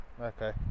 Okay